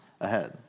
ahead